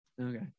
okay